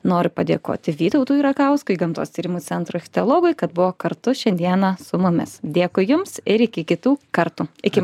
noriu padėkoti vytautui rakauskui gamtos tyrimų centro ichtiologui kad buvo kartu šiandieną su mumis dėkui jums ir iki kitų kartų iki